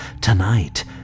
Tonight